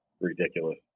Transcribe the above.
ridiculous